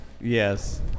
Yes